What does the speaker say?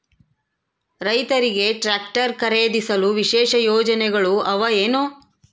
ರೈತರಿಗೆ ಟ್ರಾಕ್ಟರ್ ಖರೇದಿಸಲು ವಿಶೇಷ ಯೋಜನೆಗಳು ಅವ ಏನು?